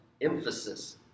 emphasis